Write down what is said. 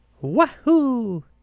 Wahoo